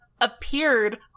appeared